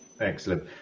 Excellent